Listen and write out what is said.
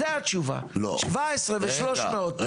זאת התשובה, 17 ו-300.